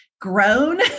Grown